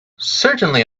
certainly